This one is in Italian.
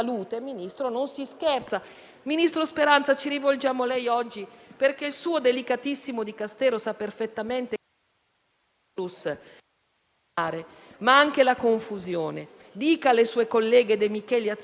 a lei oggi. Dica alle sue colleghe De Micheli e Azzolina che i ragazzi ci guardano e quello che vedono non è bello. Parlatevi e ascoltateci; ascoltateci e parlatevi.